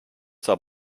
zur